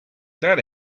that